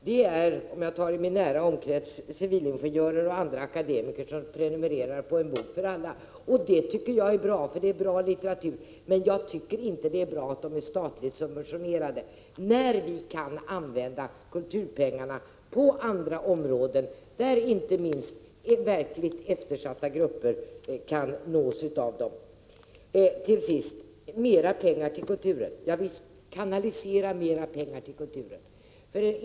Det är civilingenjörer och andra akademiker som prenumererar på En bok för alla. Och det är bra litteratur, men jag tycker inte att det är bra att de böckerna är statligt subventionerade. Kulturpengarna skall vi använda på andra områden där vi kan nå verkligt eftersatta grupper. Mera pengar till kulturen, säger man. Ja visst, kanalisera mera pengar till kulturen!